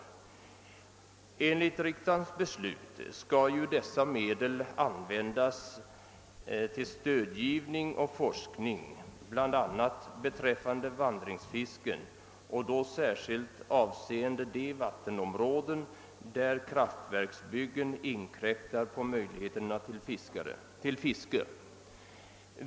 Enligt riksdagens beslut skall dessa medel användas till stödgivning och forskning bland annat beträffande vandringsfisken, särskilt avseende de områden där kraftverksbyggen inkräktar på möjligheterna till fiske.